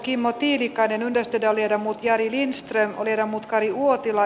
kimmo tiilikainen jari lindströmin kannattamana